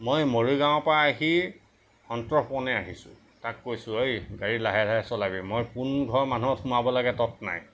মই মৰিগাঁৱৰ পৰা আহি সন্তৰ্পণে আহিছোঁ তাক কৈছোঁ ঐ গাড়ী লাহে লাহে চলাবি মই কোনঘৰ মানুহৰ ঘৰত সোমাব লাগে তৎ নাই